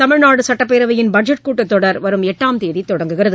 தமிழ்நாடு சட்டப்பேரவையின் பட்ஜெட் கூட்டத்தொடர் வரும் எட்டாம் தேதி தொடங்குகிறது